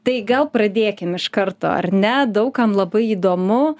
tai gal pradėkim iš karto ar ne daug kam labai įdomu